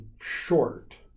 short